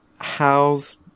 How's